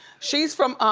she's from.